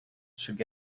should